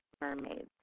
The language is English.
mermaids